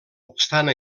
obstant